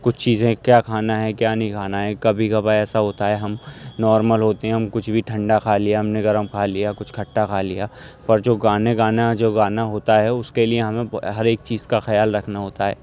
کچھ چیزیں کیا کھانا ہے کیا نہیں کھانا ہے کبھی کبھار ایسا ہوتا ہے ہم نارمل ہوتے ہیں ہم کچھ بھی ٹھنڈا کھا لیا ہم نے گرم کھا لیا کچھ کھٹا کھا لیا پر جو گانے گانا جو گانا ہوتا ہے اس کے لیے ہمیں ہر ایک چیز کا خیال رکھنا ہوتا ہے